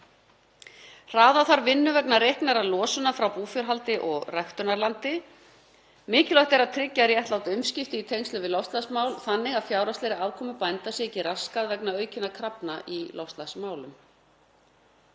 Hraða þarf vinnu vegna reiknaðrar losunar frá búfjárhaldi og ræktunarlandi. Mikilvægt er að tryggja réttlát umskipti í tengslum við loftslagsmál þannig að fjárhagslegri afkomu bænda sé ekki raskað vegna aukinna krafna í loftslagsmálum.